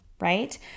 right